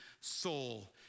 soul